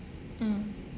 mm